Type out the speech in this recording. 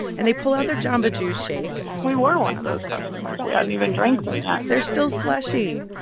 and they pull out their jamba juice shakes we were one of those customers. we hadn't even drank them yet they're still slushy.